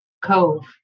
Cove